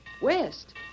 West